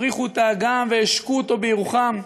הפריחו את האגם והשקו אותו בירוחם,